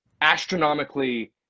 astronomically